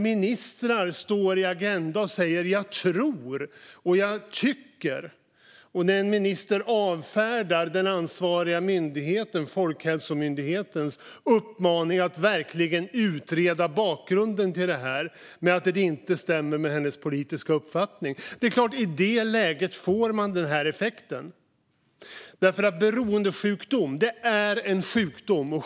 Ministrar kan stå i Agenda och säga "jag tror" och "jag tycker", och en minister avfärdar den ansvariga myndighetens, Folkhälsomyndighetens, uppmaning att verkligen utreda bakgrunden till detta med att det inte stämmer med hennes politiska uppfattning. I det läget är det klart att man får den här effekten. Beroendesjukdom är en sjukdom.